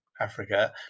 africa